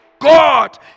God